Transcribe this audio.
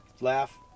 laugh